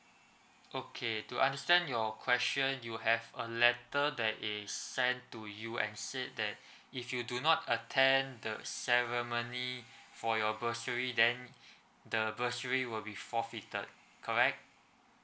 okay to understand your question you have a letter that a send to you and said that if you do not attend the ceremony for your bursary then the bursary will be forfeited correct